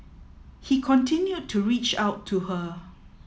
he continued to reach out to her